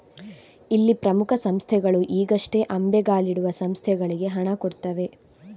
ಇಲ್ಲಿ ಪ್ರಮುಖ ಸಂಸ್ಥೆಗಳು ಈಗಷ್ಟೇ ಅಂಬೆಗಾಲಿಡುವ ಸಂಸ್ಥೆಗಳಿಗೆ ಹಣ ಕೊಡ್ತವೆ